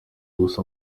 gusa